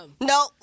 no